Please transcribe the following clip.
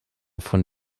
von